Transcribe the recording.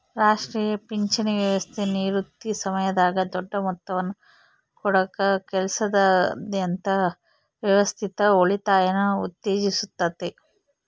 ರಾಷ್ಟ್ರೀಯ ಪಿಂಚಣಿ ವ್ಯವಸ್ಥೆ ನಿವೃತ್ತಿ ಸಮಯದಾಗ ದೊಡ್ಡ ಮೊತ್ತವನ್ನು ಕೊಡಕ ಕೆಲಸದಾದ್ಯಂತ ವ್ಯವಸ್ಥಿತ ಉಳಿತಾಯನ ಉತ್ತೇಜಿಸುತ್ತತೆ